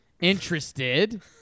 interested